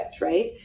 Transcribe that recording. right